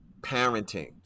parenting